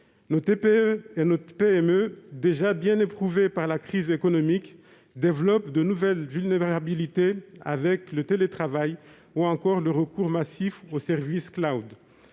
Nos TPE et nos PME, déjà bien éprouvées par la crise économique, développent de nouvelles vulnérabilités avec le télétravail ou encore le recours massif aux services du.